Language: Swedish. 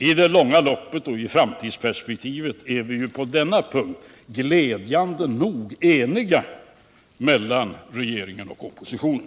I det långa loppet och i framtidsperspektivet är vi på denna punkt glädjande nog eniga mellan regeringen och oppositionen.